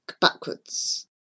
backwards